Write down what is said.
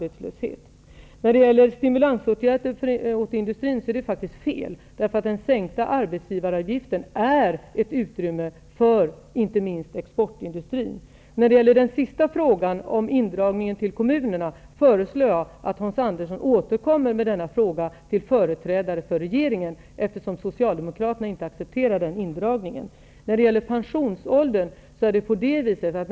Vidare har vi frågan om stimulansåtgärder för industrin. Det är fel. Den sänkta arbetsgivaravgiften ger ett utrymme för inte minst exportindustrin. När det gäller den sista frågan om indragningen till kommunerna, föreslår jag att Hans Andersson återkommer med den frågan till företrädare för regeringen. Socialdemokraterna accepterar inte den indragningen. Vidare har vi frågan om pensionsåldern.